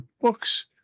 books